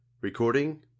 Recording